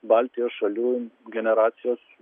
baltijos šalių generacijos